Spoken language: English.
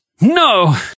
No